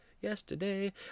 yesterday